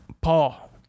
Paul